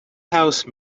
house